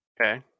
Okay